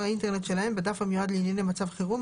האינטרנט שלהם בדף המיועד לענייני מצב חירום,